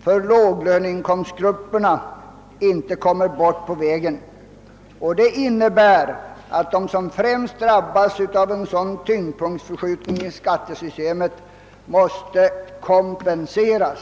för låginkomstgrupperna inte kommer bort på vägen. Det innebär att de som främst drabbas av en tyngdpunktsförskjutning i skattesystemet måste kompenseras.